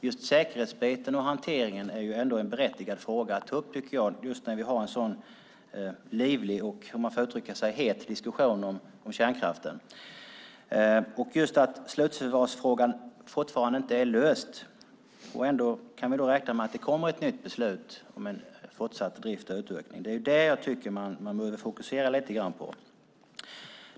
Just säkerheten är en berättigad fråga när vi har en så livlig och, om man får uttrycka sig så, het diskussion om kärnkraften. Slutförvaringsfrågan är inte löst, men ändå kan vi räkna med att det kommer ett nytt beslut om fortsatt drift och utveckling. Det tycker jag att man behöver fokusera på.